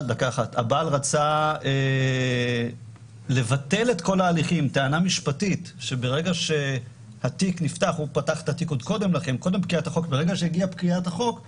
באה אישה ותובעת את הגירושין אבל מתברר שהיא לא פתחה בטעות הליך גירושין